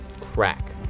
crack